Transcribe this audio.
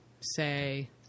say